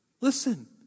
Listen